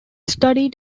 studied